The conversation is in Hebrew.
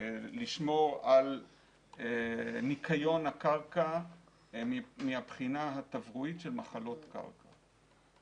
לשמור על ניקיון הקרקע מהבחינה התברואית של מחלות של מחלות קרקע.